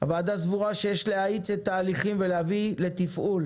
הוועדה סבורה שיש להאיץ תהליכים ולהביא לתפעול